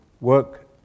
work